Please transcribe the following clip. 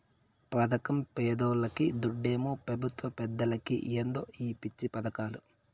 పదకం పేదోల్లకి, దుడ్డేమో పెబుత్వ పెద్దలకి ఏందో ఈ పిచ్చి పదకాలు